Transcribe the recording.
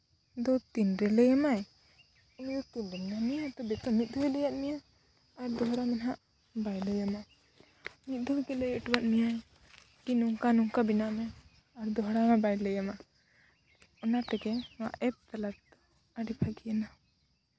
ᱫᱚ ᱛᱤᱱᱨᱮ ᱞᱟᱹᱭ ᱟᱢᱟᱭ ᱩᱱᱤ ᱫᱚ ᱛᱤᱨᱮᱢ ᱧᱟᱢᱮᱭᱟ ᱛᱚᱵᱮ ᱛᱚ ᱢᱤᱫ ᱫᱷᱟᱣ ᱞᱟᱹᱭᱟᱜ ᱢᱮᱭᱟ ᱟᱨ ᱫᱚᱦᱲᱟ ᱫᱚ ᱦᱟᱸᱜ ᱵᱟᱭ ᱞᱟᱹᱭ ᱟᱢᱟ ᱢᱤᱫ ᱫᱷᱟᱣ ᱜᱮ ᱞᱟᱹᱭ ᱦᱚᱴᱚ ᱟᱢᱟᱭ ᱠᱤ ᱱᱚᱝᱠᱟ ᱱᱚᱝᱠᱟ ᱵᱮᱱᱟᱣ ᱢᱮ ᱟᱨ ᱫᱚᱦᱲᱟ ᱦᱚᱸ ᱵᱟᱭ ᱞᱟᱹᱭ ᱟᱢᱟ ᱚᱱᱟ ᱛᱮᱜᱮ ᱱᱚᱣᱟ ᱮᱯ ᱛᱟᱞᱟ ᱛᱮᱫᱚ ᱟᱹᱰᱤ ᱵᱷᱟᱹᱜᱤᱭᱮᱱᱟ